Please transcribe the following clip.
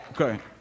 Okay